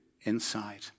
inside